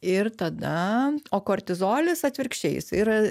ir tada o kortizolis atvirkščiai jis yra